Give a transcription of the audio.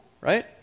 right